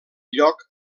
lloc